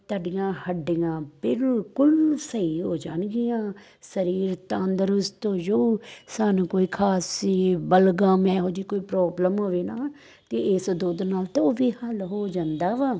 ਤੁਹਾਡੀਆਂ ਹੱਡੀਆਂ ਬਿਲਕੁਲ ਸਹੀ ਹੋ ਜਾਣਗੀਆਂ ਸਰੀਰ ਤੰਦਰੁਸਤ ਹੋਜੂ ਸਾਨੂੰ ਕੋਈ ਖਾਂਸੀ ਬਲਗਮ ਇਹੋ ਜਿਹੀ ਕੋਈ ਪ੍ਰੋਬਲਮ ਹੋਵੇ ਨਾ ਤਾਂ ਇਸ ਦੁੱਧ ਨਾਲ ਤਾਂ ਉਹ ਵੀ ਹੱਲ ਹੋ ਜਾਂਦਾ ਵਾ